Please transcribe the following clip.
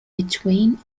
between